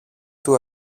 του